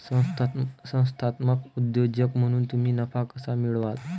संस्थात्मक उद्योजक म्हणून तुम्ही नफा कसा मिळवाल?